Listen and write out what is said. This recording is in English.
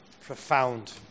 profound